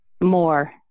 more